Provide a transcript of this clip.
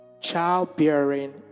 Childbearing